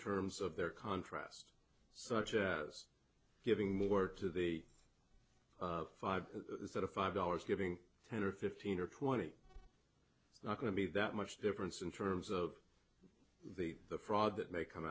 terms of their contrast such as giving more to the five to five dollars giving ten or fifteen or twenty not going to be that much difference in terms of the fraud that may come